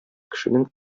кешенең